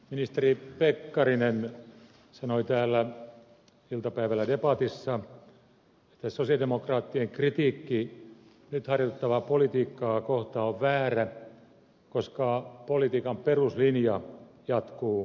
ministeri pekkarinen sanoi täällä iltapäivällä debatissa että sosialidemokraattien kritiikki nyt harjoitettavaa politiikkaa kohtaan on väärä koska politiikan peruslinja jatkuu ennallaan